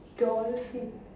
dolphin